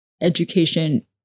education